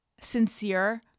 sincere